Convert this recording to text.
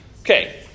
Okay